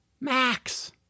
Max